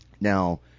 Now